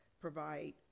provide